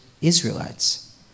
Israelites